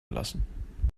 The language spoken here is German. lassen